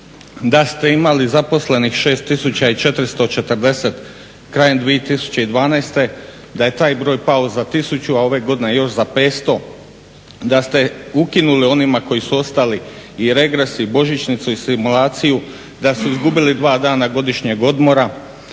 da ste imali zaposlenih 6440 krajem 2012., da je taj broj pao za 1000, a ove godine još za 500, da ste ukinuli onima koji su ostali i regres i božićnicu i stimulaciju, da su izgubili dva dana godišnjeg odmora.